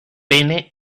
pene